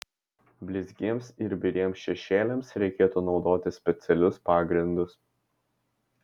blizgiems ir biriems šešėliams reikėtų naudoti specialius pagrindus